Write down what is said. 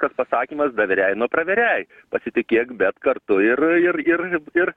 tas pasakymas daviriaj no praviriaj pasitikėk bet kartu ir ir ir ir